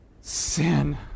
sin